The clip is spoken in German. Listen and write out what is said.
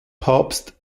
papst